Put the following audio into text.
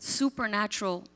supernatural